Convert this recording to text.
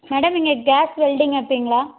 madam நீங்கள் gas welding வைப்பிங்களா